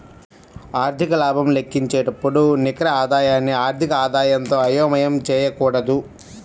ఆర్థిక లాభం లెక్కించేటప్పుడు నికర ఆదాయాన్ని ఆర్థిక ఆదాయంతో అయోమయం చేయకూడదు